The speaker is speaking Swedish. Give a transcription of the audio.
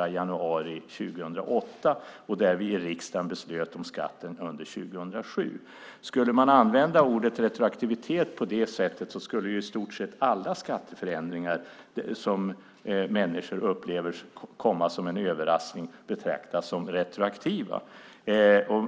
1 januari 2008 och som vi i riksdagen beslutade om 2007. Skulle man använda ordet retroaktivitet på det sättet skulle i stort sett alla skatteförändringar som människor upplever komma som en överraskning betraktas som retroaktiva.